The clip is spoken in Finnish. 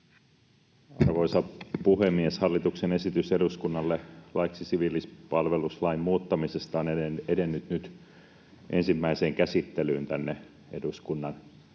Arvoisa puhemies! Hallituksen esitys eduskunnalle laiksi siviilipalveluslain muuttamisesta on edennyt nyt ensimmäiseen käsittelyyn tänne eduskunnan